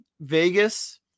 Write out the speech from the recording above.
Vegas